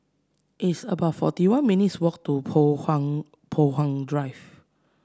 it's about forty one minutes' walk to Poh Huat Poh Huat Drive